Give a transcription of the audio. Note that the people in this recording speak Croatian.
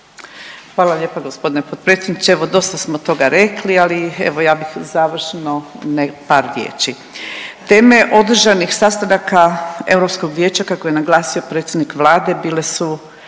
Hvala lijepa gospodine potpredsjedniče. Evo dosta smo toga rekli, ali evo ja bih završno par riječi. Teme održanih sastanaka Europskog vijeća kako je naglasio predsjednik Vlade bile su